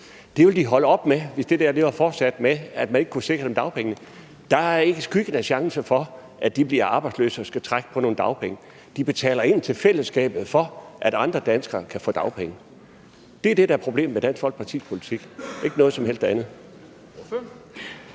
Det vil de holde op med, hvis det var fortsat med, at man ikke kunne sikre dem dagpenge. Der er ikke skyggen af chance for, at de bliver arbejdsløse og skal trække på nogle dagpenge. De betaler ind til fællesskabet, for at andre danskere kan få dagpenge. Det er det, der er problemet med Dansk Folkepartis politik – ikke noget som helst andet.